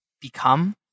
become